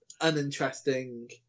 uninteresting